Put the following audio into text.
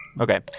Okay